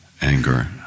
anger